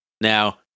Now